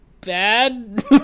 bad